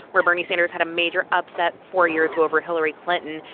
where bernie sanders had a major upset four years ago over hillary clinton.